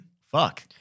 fuck